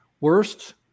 Worst